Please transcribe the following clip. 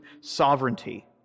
sovereignty